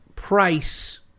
Price